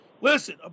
listen